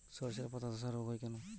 শর্ষের পাতাধসা রোগ হয় কেন?